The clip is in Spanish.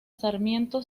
sarmiento